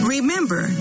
Remember